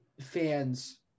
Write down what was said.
fans